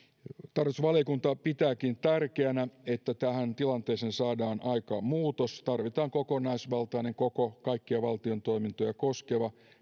tarkastusvaliokunta pitääkin tärkeänä että tähän tilanteeseen saadaan aikaan muutos tarvitaan kokonaisvaltainen kaikkia valtion toimintoja koskeva